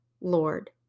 Lord